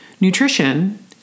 Nutrition